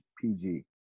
PG